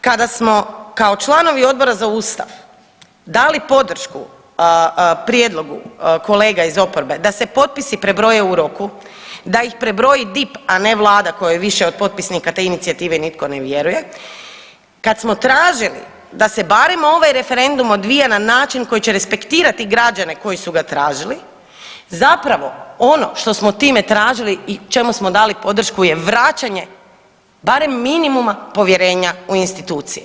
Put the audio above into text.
Dakle, kada smo kao članovi Odbora za Ustav dali podršku prijedlogu kolega iz oporbe da se potpisi preboje u roku, da ih prebroji DIP, a ne vlada kojoj više od potpisnike te inicijative nitko ne vjeruje, kad smo tražili da se barem ovaj referendum odvija na način koji će respektirati građane koji su ga tražili zapravo ono što smo time tražili i čemu smo dali podršku je vraćanje barem minimuma povjerenja u institucije.